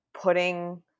putting